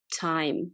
time